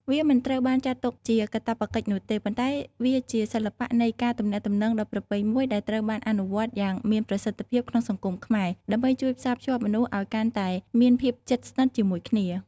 វាមិនត្រូវបានចាត់ទុកជាកាតព្វកិច្ចនោះទេ ប៉ុន្តែវាជាសិល្បៈនៃការទំនាក់ទំនងដ៏ប្រពៃមួយដែលត្រូវបានអនុវត្តយ៉ាងមានប្រសិទ្ធភាពក្នុងសង្គមខ្មែរ ដើម្បីជួយផ្សារភ្ជាប់មនុស្សឲ្យកាន់តែមានភាពជិតស្និទ្ធជាមួយគ្នា។